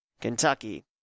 Kentucky